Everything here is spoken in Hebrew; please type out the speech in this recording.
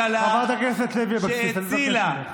חבר הכנסת קרעי, אני קורא אותך לסדר בפעם השנייה.